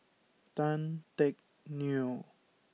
Tan Teck Neo